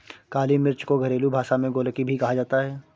काली मिर्च को घरेलु भाषा में गोलकी भी कहा जाता है